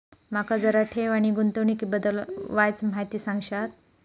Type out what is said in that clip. माका जरा ठेव आणि गुंतवणूकी बद्दल वायचं माहिती सांगशात?